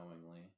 knowingly